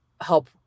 help